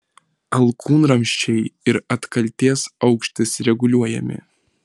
alkūnramsčiai ir atkaltės aukštis reguliuojami